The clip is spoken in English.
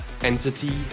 entity